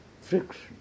friction